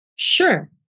Sure